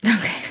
Okay